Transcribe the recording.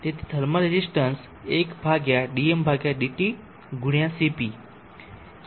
તેથી thermal resistance 1dmdt×cp છે